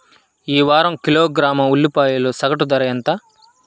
ఈ వారం కిలోగ్రాము ఉల్లిపాయల సగటు ధర ఎంత?